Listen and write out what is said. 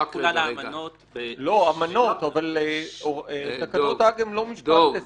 אמנות אבל תקנות האג הן לא משפט ---,